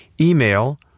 Email